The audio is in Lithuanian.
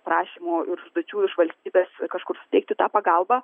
prašymų ir užduočių iš valstybės kažkur suteikti tą pagalbą